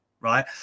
right